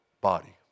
body